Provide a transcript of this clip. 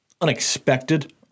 unexpected